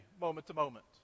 moment-to-moment